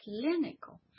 clinical